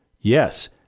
Yes